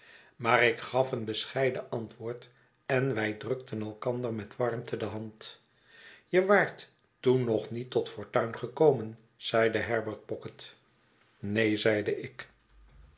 maar ik gaf een bescheiden antwoord en wij drukten elkander met warmte de hand je waart toen nog niet tot fortuin gekomen zeide herbert pocket neen zeide ik